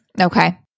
Okay